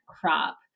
crop